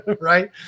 Right